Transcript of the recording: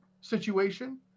situation